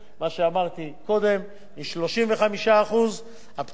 מ-35% הפטור יעלה ל-43.5%.